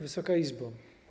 Wysoka Izbo!